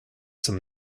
zum